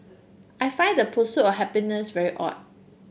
I find the pursuit of happiness very odd